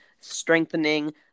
strengthening